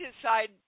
decide